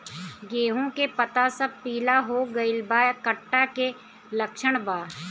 गेहूं के पता सब पीला हो गइल बा कट्ठा के लक्षण बा?